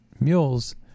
mules